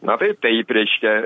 na tai taip reiškia